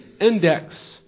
index